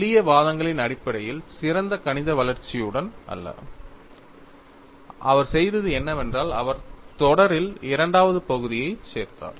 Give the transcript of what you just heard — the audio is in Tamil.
எளிய வாதங்களின் அடிப்படையில் சிறந்த கணித வளர்ச்சியுடன் அல்ல அவர் செய்தது என்னவென்றால் அவர் தொடரில் இரண்டாவது பகுதியைச் சேர்த்தார்